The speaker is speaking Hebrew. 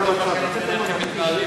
ובכן,